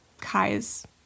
Kai's